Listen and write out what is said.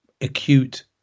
acute